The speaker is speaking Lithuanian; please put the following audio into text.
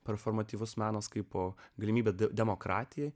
performatyvus menas kaipo galimybė demokratijai